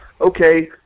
okay